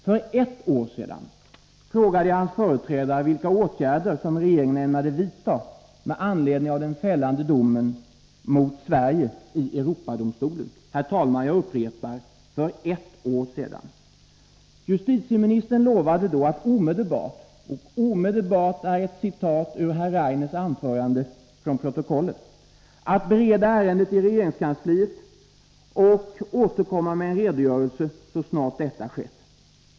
För ett år sedan frågade jag hans företrädare vilka åtgärder regeringen ämnade vidta med anledning av den fällande domen mot Sverige i Europadomstolen. Justitieministern lovade då att omedelbart — ordet omedelbart är ett citat ur herr Rainers anförande från protokollet — bereda ärendet i regeringskansliet och återkomma med en redogörelse så snart detta skett.